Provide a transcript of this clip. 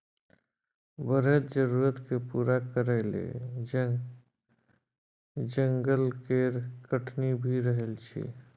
बढ़ैत जरुरत केँ पूरा करइ लेल जंगल केर कटनी भए रहल छै